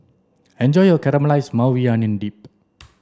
enjoy your Caramelized Maui Onion Dip